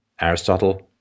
Aristotle